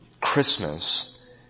Christmas